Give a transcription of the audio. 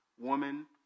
woman